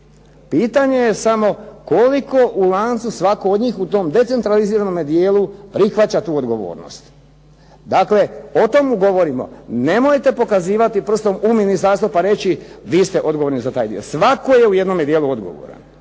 pitanje je samo koliko u lancu svatko od njih u tom decentraliziranom dijelu prihvaća tu odgovornost. Dakle, o tomu govorimo. Nemojte pokazivati prstom u ministarstvo pa reći vi ste odgovorni za taj dio, svatko je u jednome dijelu odgovoran